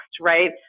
right